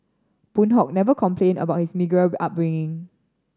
Boon Hock never complained about his meagre upbringing